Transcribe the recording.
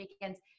weekends